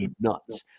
nuts